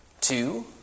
Two